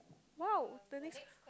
!wow! the next